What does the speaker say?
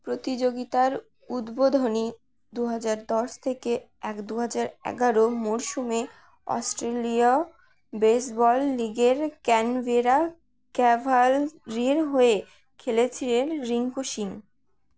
প্রতিযোগিতার উদ্বোধনী দু হাজার দশ থেকে এক দু হাজার এগারো মরশুমে অস্ট্রেলিয়া বেসবল লিগের ক্যানভেরা ক্যাভালরির হয়ে খেলেছিলেন রিংকু সিং